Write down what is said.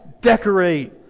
decorate